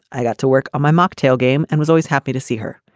i got to work on my mocktail game and was always happy to see her.